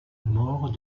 mort